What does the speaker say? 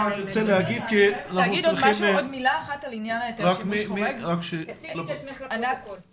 פורום